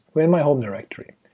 we're in my home directory.